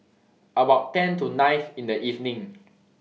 about ten to nine in The evening